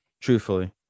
truthfully